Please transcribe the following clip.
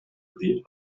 the